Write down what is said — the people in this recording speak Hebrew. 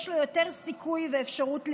יש לו יותר סיכוי ואפשרות להיבחר.